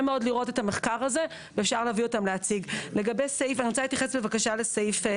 אני רוצה להתייחס בבקשה לסעיף.